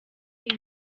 iri